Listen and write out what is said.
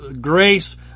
grace